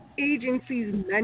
agencies